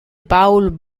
paul